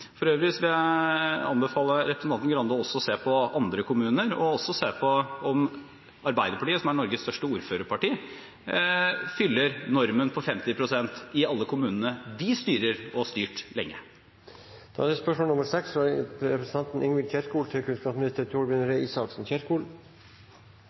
For øvrig vil jeg anbefale representanten Grande å se på andre kommuner, og også se på om Arbeiderpartiet – Norges største ordførerparti – fyller normen på 50 pst. i alle kommunene de styrer og har styrt lenge. «I Fremskrittspartiets program kan vi lese at regjeringspartiet går til